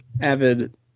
avid